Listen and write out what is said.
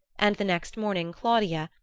and the next morning claudia,